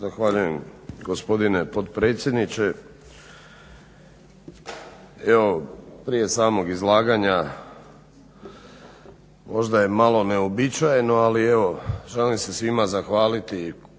Zahvaljujem gospodine potpredsjedniče. Evo prije samog izlaganja možda je malo neuobičajeno, ali evo želim se svima zahvaliti